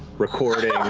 recording,